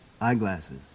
eyeglasses